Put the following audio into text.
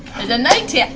a nineteen!